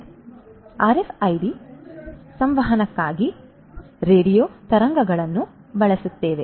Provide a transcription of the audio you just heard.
ಆದ್ದರಿಂದ ಆರ್ಎಫ್ಐಡಿ ಸಂವಹನಕ್ಕಾಗಿ ರೇಡಿಯೋ ತರಂಗಗಳನ್ನು ಬಳಸುತ್ತದೆ